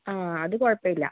ആ അത് കുഴപ്പമില്ല